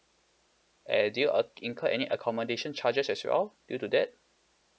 and did you uh incur any accommodation charges as well due to that